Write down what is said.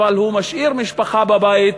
אבל הוא משאיר משפחה בבית,